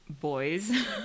boys